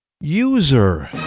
user